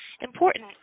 important